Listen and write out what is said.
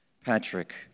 Patrick